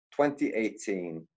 2018